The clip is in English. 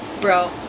Bro